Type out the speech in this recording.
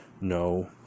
No